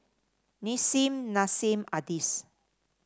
Nissim Nassim Adis